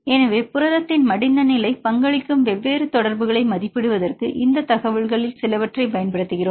எனவே புரதத்தின் மடிந்த நிலை பங்களிக்கும் வெவ்வேறு தொடர்புகளை மதிப்பிடுவதற்கு இந்த தகவல்களில் சிலவற்றைப் பயன்படுத்துகிறோம்